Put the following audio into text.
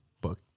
book